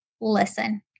listen